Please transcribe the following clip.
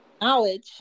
Knowledge